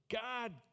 God